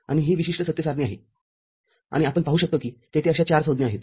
आणि ही विशिष्ट सत्य सारणी आहे आणि आपण पाहू शकतो कि तेथे अशा ४ संज्ञा आहेत